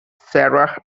sarah